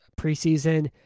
preseason